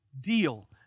deal